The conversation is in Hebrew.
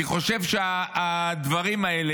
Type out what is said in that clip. אני חושב שהדברים האלה,